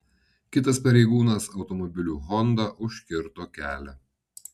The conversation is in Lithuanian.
kitas pareigūnas automobiliu honda užkirto kelią